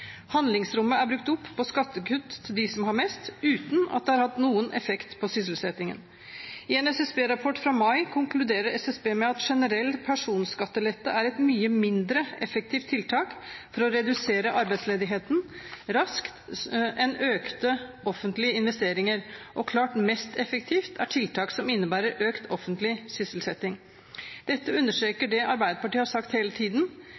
Handlingsrommet er brukt opp på skattekutt til dem som har mest, uten at det har hatt noen effekt på sysselsettingen. I en SSB-rapport fra mai konkluderer de med at generell personskattelette er et mye mindre effektivt tiltak for å redusere arbeidsledigheten raskt enn økte offentlige investeringer, og klart mest effektivt er tiltak som innebærer økt offentlig sysselsetting. Dette understreker det Arbeiderpartiet har sagt hele tiden: